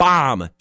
bomb